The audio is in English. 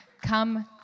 Come